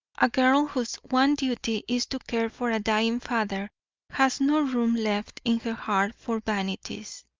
a girl whose one duty is to care for a dying father has no room left in her heart for vanities.